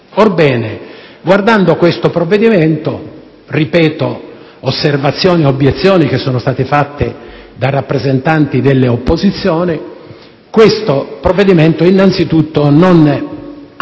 Orbene, guardando questo provvedimento - ripeto osservazioni e obiezioni che sono state avanzate da rappresentanti delle opposizioni - esso innanzitutto non ha